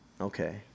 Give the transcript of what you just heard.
Okay